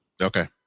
Okay